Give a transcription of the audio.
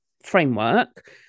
framework